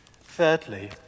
Thirdly